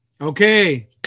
Okay